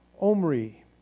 Omri